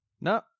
No